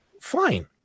Fine